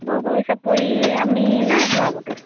বগৰী চাপৰি আমি নাই যোৱা আগতে